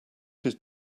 his